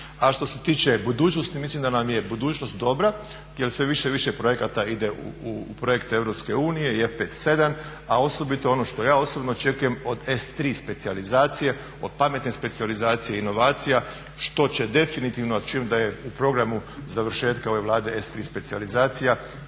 A što se tiče budućnosti, mislim da nam je budućnost dobra jer sve više i više projekata ide u projekte EU i FP7 a osobito ono što ja osobno očekujem od S3 specijalizacije, od pametne specijalizacije inovacija što će definitivno, čujem da je u programu završetka ove Vlade S3 specijalizacija,